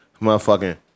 motherfucking